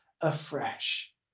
afresh